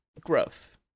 growth